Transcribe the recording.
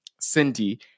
Cindy